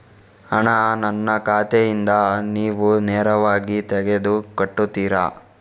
ಹಣ ನನ್ನ ಖಾತೆಯಿಂದ ನೀವು ನೇರವಾಗಿ ತೆಗೆದು ಕಟ್ಟುತ್ತೀರ?